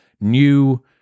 new